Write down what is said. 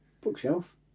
Bookshelf